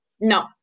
No